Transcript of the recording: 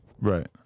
Right